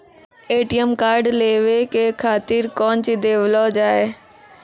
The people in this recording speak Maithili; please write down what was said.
ए.टी.एम कार्ड लेवे के खातिर कौंची देवल जाए?